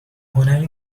هنری